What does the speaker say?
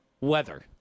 weather